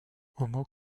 homo